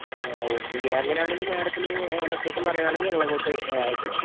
ആ okay okay അങ്ങനാണെങ്കിൽ മേഡത്തിന് ലൊക്കേഷൻ പറയുവാണെങ്കിൽ ഞങ്ങളങ്ങോട്ട് അയച്ച് തരാം